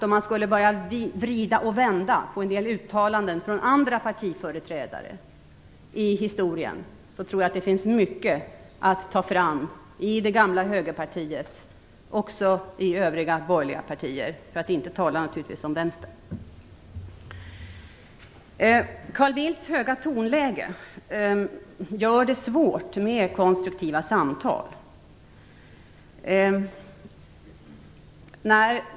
Om man skulle börja vrida och vända på en del uttalanden från andra partiföreträdare i historien tror jag att det finns mycket att ta fram i det gamla Högerpartiet och också i övriga borgerliga partier, för att inte tala om Vänsterpartiet. Carl Bildts höga tonläge gör det svårt med konstruktiva samtal.